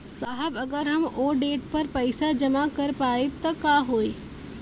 साहब अगर हम ओ देट पर पैसाना जमा कर पाइब त का होइ?